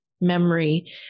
memory